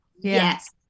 Yes